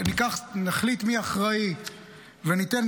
נחליט מי אחראי וניתן